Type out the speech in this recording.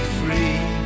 free